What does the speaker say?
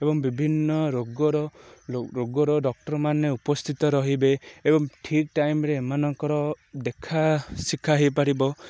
ଏବଂ ବିଭିନ୍ନ ରୋଗର ରୋଗର ଡ଼କ୍ଟରମାନେ ଉପସ୍ଥିତ ରହିବେ ଏବଂ ଠିକ୍ ଟାଇମ୍ରେ ଏମାନଙ୍କର ଦେଖା ଶିଖା ହୋଇପାରିବ